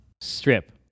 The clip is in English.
strip